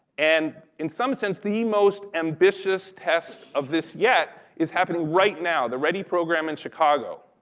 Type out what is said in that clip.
and in some sense, the most ambitious test of this yet is happening right now. the ready program in chicago,